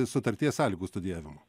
sutarties sąlygų studijavimo